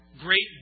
great